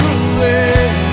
away